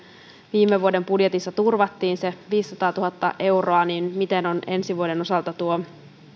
viime vuoden budjetissa turvattiin se viisisataatuhatta euroa miten on ensi vuoden osalta tuo